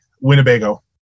winnebago